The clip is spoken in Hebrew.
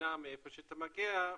המדינה מאיפה שאתה מגיע.